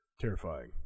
Terrifying